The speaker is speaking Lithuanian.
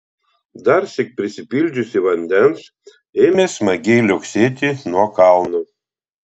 darsyk prisipildžiusi vandens ėmė smagiai liuoksėti nuo kalno